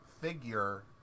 figure